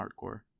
Hardcore